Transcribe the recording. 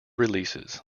releases